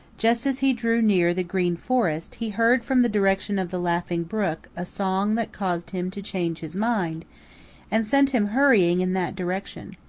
just as he drew near the green forest he heard from the direction of the laughing brook a song that caused him to change his mind and sent him hurrying in that direction.